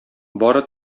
бары